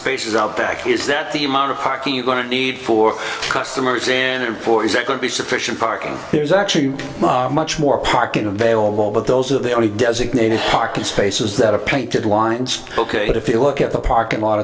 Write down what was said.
spaces out back is that the amount of hockey you going to need for customers and in forty second be sufficient parking there's actually much more parking available but those are the only designated parking spaces that are painted lines ok but if you look at the parking lot